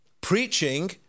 preaching